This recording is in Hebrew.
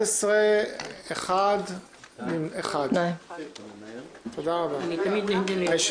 בשעה 11:15.